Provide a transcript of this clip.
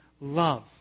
love